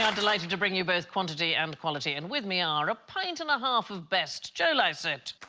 um delighted to bring you both quantity and quality and with me are a pint and a half of best joe lycett